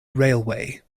railway